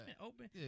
Open